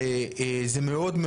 וזה מאוד,